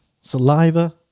Saliva